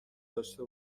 داشته